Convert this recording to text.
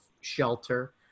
shelter